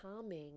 calming